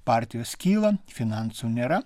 partijos kyla finansų nėra